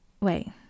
Wait